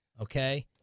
okay